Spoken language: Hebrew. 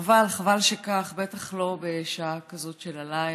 חבל, חבל שכך, בטח לא בשעה כזאת של הלילה.